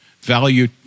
value